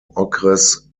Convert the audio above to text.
okres